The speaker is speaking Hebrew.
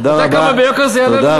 אתה יודע כמה ביוקר זה יעלה לנו?